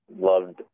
loved